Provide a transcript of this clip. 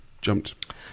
jumped